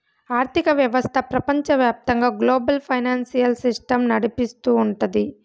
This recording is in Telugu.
ఆర్థిక వ్యవస్థ ప్రపంచవ్యాప్తంగా గ్లోబల్ ఫైనాన్సియల్ సిస్టమ్ నడిపిస్తూ ఉంటది